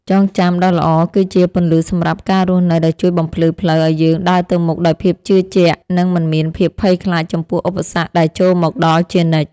ចងចាំដ៏ល្អគឺជាពន្លឺសម្រាប់ការរស់នៅដែលជួយបំភ្លឺផ្លូវឱ្យយើងដើរទៅមុខដោយភាពជឿជាក់និងមិនមានភាពភ័យខ្លាចចំពោះឧបសគ្គដែលចូលមកដល់ជានិច្ច។